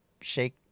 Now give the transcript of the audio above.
shake